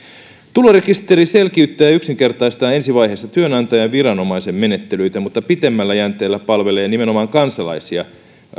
tulorekisteri selkiyttää ja yksinkertaistaa ensi vaiheessa työnantajan ja viranomaisen menettelyitä mutta pitemmällä jänteellä palvelee nimenomaan kansalaista